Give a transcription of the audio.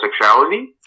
sexuality